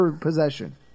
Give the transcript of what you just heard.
possession